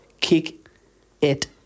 Kick-It